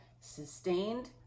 sustained